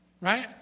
Right